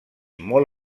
molt